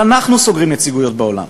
אבל אנחנו סוגרים נציגויות בעולם,